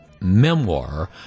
memoir